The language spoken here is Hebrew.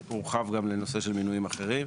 הורחב גם לנושא של מינויים אחרים.